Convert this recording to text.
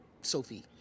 Sophie